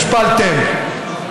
השפלתם.